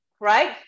right